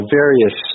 various